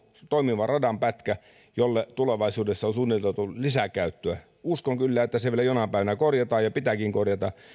toimiva radanpätkä jolle tulevaisuudessa on suunniteltu lisäkäyttöä uskon kyllä että se vielä jonain päivänä korjataan ja pitääkin korjata